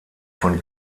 von